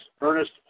Ernest